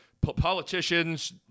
politicians